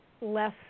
less